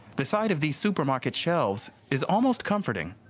the sight of these supermarket shelves is almost comforting,